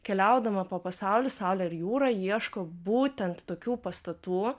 keliaudama po pasaulį saulė ir jūra ieško būtent tokių pastatų